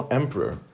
emperor